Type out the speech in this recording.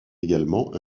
également